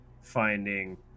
Finding